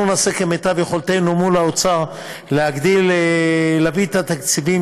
אנחנו נעשה כמיטב יכולתנו מול האוצר להביא את התקציבים